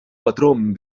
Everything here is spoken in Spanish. patrón